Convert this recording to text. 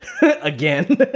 again